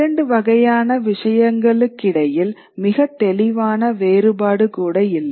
இரண்டு வகையான விஷயங்களுக்கிடையில் மிகத்தெளிவான வேறுபாடு கூட இல்லை